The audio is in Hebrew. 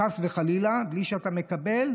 חס וחלילה, בלי שאתה מקבל.